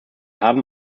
haben